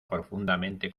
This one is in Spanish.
profundamente